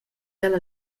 ella